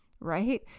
right